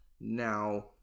Now